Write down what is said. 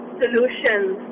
solutions